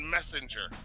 Messenger